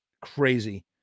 Crazy